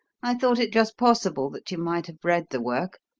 i thought it just possible that you might have read the work,